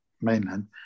mainland